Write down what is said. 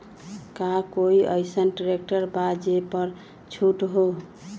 का कोइ अईसन ट्रैक्टर बा जे पर छूट हो?